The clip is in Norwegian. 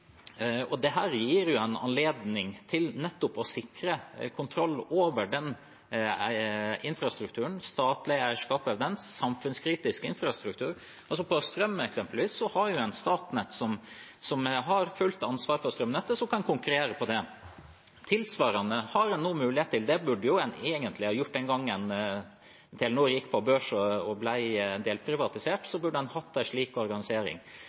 en anledning til nettopp å sikre kontroll over infrastrukturen – statlig eierskap over samfunnskritisk infrastruktur. Når det gjelder eksempelvis strøm, har Statnett fullt ansvar for strømnettet og kan konkurrere på det. Det tilsvarende har en nå mulighet til. Det burde en egentlig ha gjort den gangen Telenor gikk på børs og ble delprivatisert. Da burde en hatt en slik organisering.